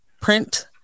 print